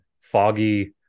foggy